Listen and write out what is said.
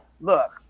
look